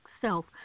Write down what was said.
self